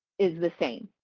is the same.